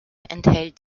enthält